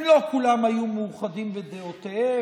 הם לא כולם היו מאוחדים בדעותיהם.